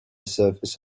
surface